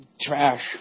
trash